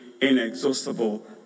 inexhaustible